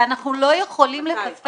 ואנחנו לא יכולים לפספס את כל הכסף הזה.